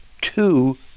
two